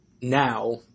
now